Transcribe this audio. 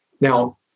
Now